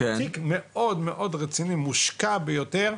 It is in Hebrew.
תיק מאוד מאוד רציני ומושקע ביותר.